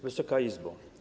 Wysoka Izbo!